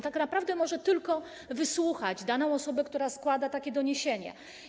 Tak naprawdę może tylko wysłuchać daną osobę, która składa takie doniesienie.